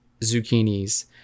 zucchinis